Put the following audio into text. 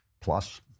plus